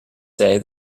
say